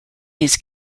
his